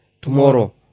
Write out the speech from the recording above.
tomorrow